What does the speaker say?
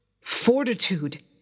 fortitude